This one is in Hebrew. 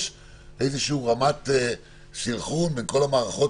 יש איזושהי רמת סנכרון בין כל המערכות